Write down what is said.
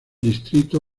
distrito